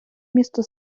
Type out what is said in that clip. місто